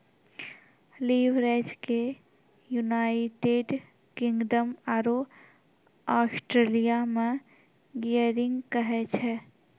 leverage के United Kingdom आरो Australia मे गियरिंग कहै छै